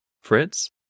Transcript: Fritz